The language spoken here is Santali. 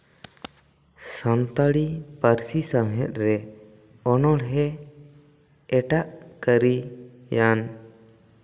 ᱥᱟᱱᱛᱟᱲᱤ ᱯᱟᱹᱨᱥᱤ ᱥᱟᱶᱦᱮᱫ ᱨᱮ ᱚᱱᱚᱬᱦᱮ ᱮᱴᱟᱜ ᱠᱟᱹᱨᱤᱭᱟᱱ